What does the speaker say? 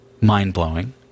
Mind-blowing